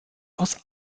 aus